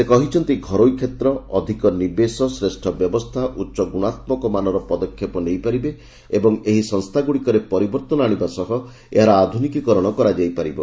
ସେ କହିଛନ୍ତି ଘରୋଇ କ୍ଷେତ୍ର ଅଧିକ ନିବେଶ ଶ୍ରେଷ୍ଠ ବ୍ୟବସ୍ଥା ଉଚ୍ଚଗୁଣାତ୍ମକମାନର ପଦକ୍ଷେପ ନେଇପାରିବେ ଏବଂ ଏହି ସଂସ୍ଥାଗୁଡ଼ିକରେ ପରିବର୍ତ୍ତନ ଆଣିବା ସହ ଏହାର ଆଧୁନିକୀକରଣ କରାଯାଇ ପାରିବ